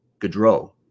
Gaudreau